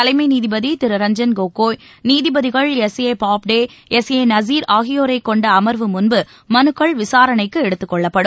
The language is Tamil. தலைமை நீதிபதி திரு ரஞ்சன் கோகோய் நீதிபதிகள் S A Bobde S A Nazeer ஆகியோரை கொண்ட அமர்வு முன்பு மனுக்கள் விசாரணைக்கு எடுத்துக்கொள்ளப்படும்